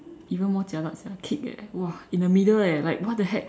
even mine jialat sia kick eh !wah! in the middle eh like what the heck